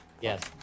Yes